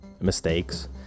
mistakes